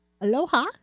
Aloha